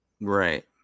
Right